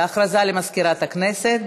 הודעה למזכירת הכנסת.